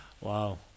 Wow